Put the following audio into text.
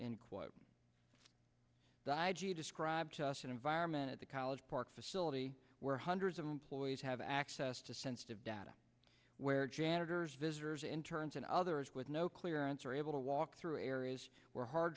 and quote died you describe to us an environment at the college park facility where hundreds of employees have access to sensitive data where janitors visitors interns and others with no clearance are able to walk through areas where hard